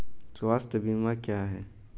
स्वास्थ्य बीमा क्या है?